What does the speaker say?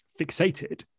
fixated